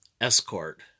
Escort